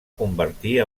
convertir